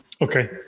Okay